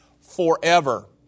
forever